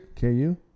KU